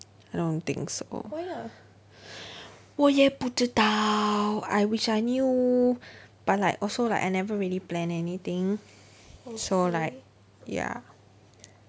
I don't think so 我也不知道 I wish I knew but like also like I never really plan anything so like ya